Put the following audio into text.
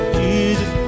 Jesus